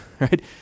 right